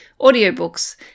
audiobooks